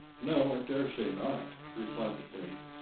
no, i dare say not, replied the pig,